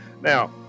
Now